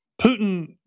Putin